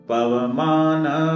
Pavamana